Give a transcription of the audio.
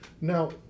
Now